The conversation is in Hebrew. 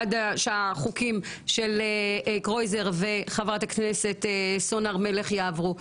עד שהחוקים של חברי הכנסת קרויזר וסון הר מלך יעברו.